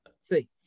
See